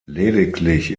lediglich